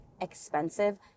expensive